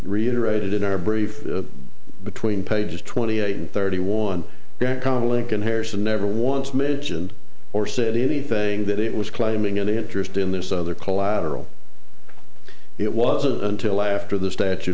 reiterated in our brief between pages twenty eight and thirty one connell lincoln harrison never once mentioned or said anything that it was claiming any interest in this other collateral it was until after the statute